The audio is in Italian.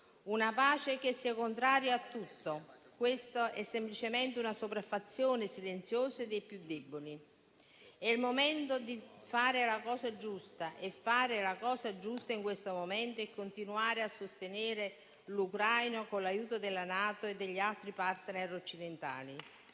Una pace che sia contraria a tutto; ciò è semplicemente una sopraffazione silenziosa dei più deboli. È il momento di fare la cosa giusta e fare la cosa giusta in questo momento è continuare a sostenere l'Ucraina con l'aiuto della NATO e degli altri *partner* occidentali.